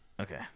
Okay